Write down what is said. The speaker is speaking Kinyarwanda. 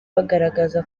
bagaragaza